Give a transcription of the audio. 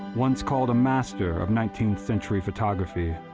once called a master of nineteenth century photography,